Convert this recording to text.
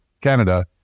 Canada